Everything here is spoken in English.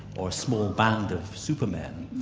or a small band of supermen,